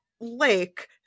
Lake